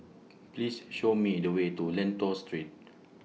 Please Show Me The Way to Lentor Street